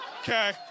Okay